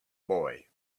boy